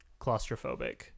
claustrophobic